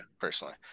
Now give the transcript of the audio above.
personally